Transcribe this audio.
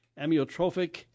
amyotrophic